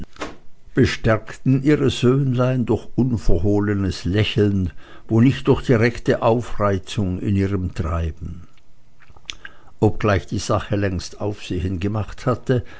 bestärkten ihre söhnlein durch unverhohlenes lächeln wo nicht durch direkte aufreizung in ihrem treiben obgleich die sache längst aufsehen gemacht hatte